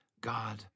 God